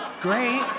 great